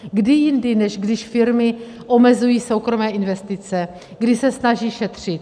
Kdy jindy, než když firmy omezují soukromé investice, kdy se snaží šetřit?